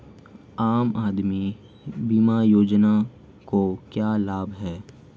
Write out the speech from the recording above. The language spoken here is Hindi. आम आदमी बीमा योजना के क्या लाभ हैं?